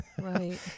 right